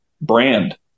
brand